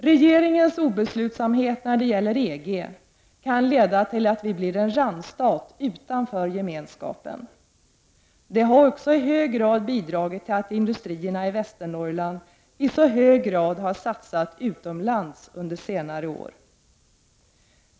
Regeringens obeslutsamhet när det gäller EG kan leda till att vi blir en randstat utanför gemenskapen. Det har också i hög grad bidragit till att industrierna i Västernorrland i så hög grad satsat utomlands under senare år.